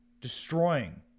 destroying